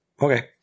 Okay